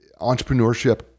entrepreneurship